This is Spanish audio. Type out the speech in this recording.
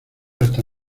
hasta